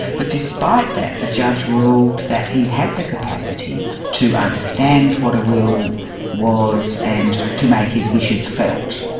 but despite that, the judge ruled that he had the capacity to understand what a will was and to make his wishes felt.